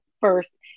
first